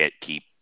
keep